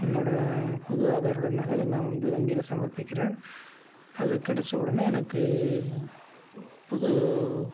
என்னோடய ந புது ஆதாரோடய நகலை நான் வந்து வங்கியில் சமர்ப்பிக்கிறேன் அது கெடைச்ச உடனே எனக்கு புது